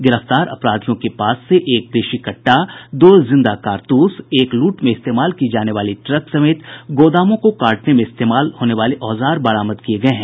गिरफ्तार अपराधियों के पास से एक देशी कहा दो जिंदा कारतूस एक लूट में इस्तेमाल की जाने वाली ट्रक समेत गोदामों को काटने में इस्तेमाल होने वाले औजार बरामद किये गये हैं